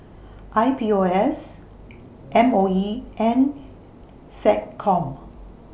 I P O S M O E and Seccom